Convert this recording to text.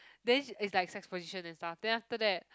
then she it's like sex position and stuff then after that